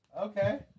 Okay